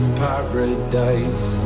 paradise